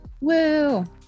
woo